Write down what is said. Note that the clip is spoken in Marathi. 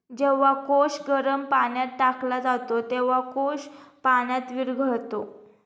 जेव्हा कोश गरम पाण्यात टाकला जातो, तेव्हा कोश पाण्यात विरघळतो